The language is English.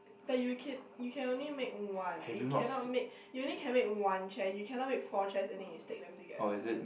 but you can you can only make one you cannot make you only can make one chair you cannot make four chairs and then you stack them together